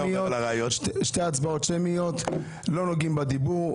שתי הצבעות שמיות, לא נוגעים בדיבור,